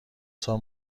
سال